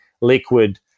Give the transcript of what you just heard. liquid